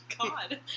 God